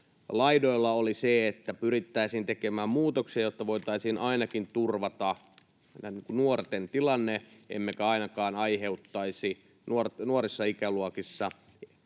laidoilla oli se, että pyrittäisiin tekemään muutoksia, jotta voitaisiin ainakin turvata nuorten tilanne, niin että emme ainakaan aiheuttaisi nuorissa ikäluokissa